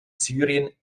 syrien